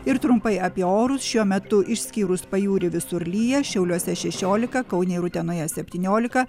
ir trumpai apie orus šiuo metu išskyrus pajūrį visur lyja šiauliuose šešiolika kaune ir utenoje septyniolika